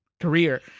career